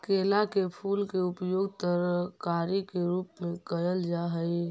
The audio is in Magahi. केला के फूल के उपयोग तरकारी के रूप में कयल जा हई